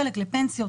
חלק לפנסיות,